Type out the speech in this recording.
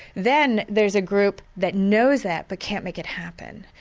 then there's a group that knows that but can't make it happen,